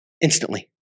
instantly